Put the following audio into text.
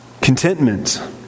Contentment